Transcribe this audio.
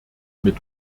mit